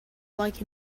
like